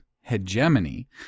hegemony